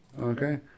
okay